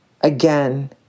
again